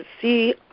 see